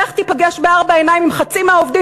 לך תיפגש בארבע עיניים עם חצי מהעובדים